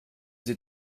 sie